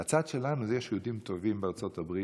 בצד שלנו יש יהודים טובים בארצות הברית,